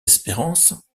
espérances